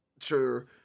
sure